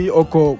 oko